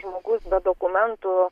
žmogus be dokumentų